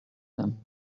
them